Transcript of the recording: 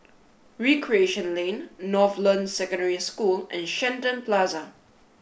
recreation Lane Northland Secondary School and Shenton Plaza